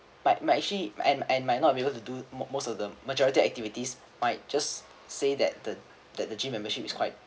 might might actually and and might not be able to do most most of the majority activities might just say that the that the gym membership is quite